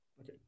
Okay